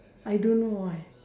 I don't know why